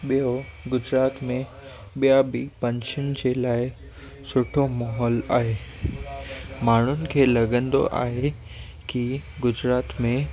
ॿियो गुजरात में ॿिया बि पंछी जे लाइ सुठो माहोल आहे माण्हुनि खे लॻंदो आहे कि गुजरात में